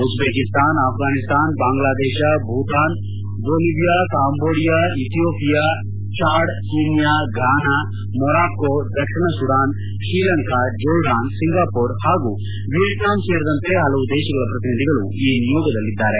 Uzbekistan Afghanistan Bangladesh Bhutan Bolivia Cambodia Ethiopia Chad Kenya Ghana Morocco ದಕ್ಷಿಣ Sudan Sri Lanka Jordan Singapore ಹಾಗೂ Vietnam ಸೇರಿದಂತೆ ಹಲವು ದೇಶಗಳ ಪ್ರತಿನಿಧಿಗಳು ಈ ನಿಯೋಗದಲ್ಲಿದ್ದಾರೆ